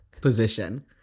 position